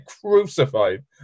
crucified